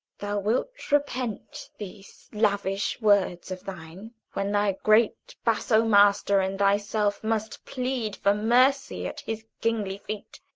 thou wilt repent these lavish words of thine when thy great basso-master and thyself must plead for mercy at his kingly feet,